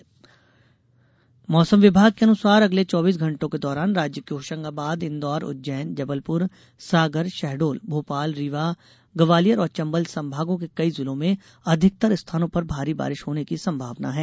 मौसम मौसम विभाग के अनुसार अगले चौबीस घंटो के दौरान राज्य के होशंगाबाद इंदौर उज्जैन जबलपुर सागर शहडोल भोपाल रीवा ग्वालियर और चंबल संभागों के कई जिलों में अधिकतर स्थानों पर भारी बारिश होने की संभावना है